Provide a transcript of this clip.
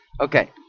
Okay